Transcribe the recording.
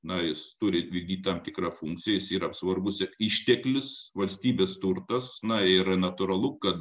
na jis turi vykdyt tam tikrą funkciją jis yra svarbus išteklius valstybės turtas na ir natūralu kad